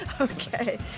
Okay